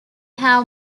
have